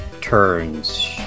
turns